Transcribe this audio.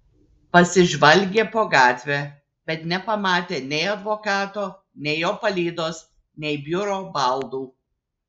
pasižvalgė po gatvę bet nepamatė nei advokato nei jo palydos nei biuro baldų